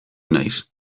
naiz